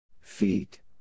Feet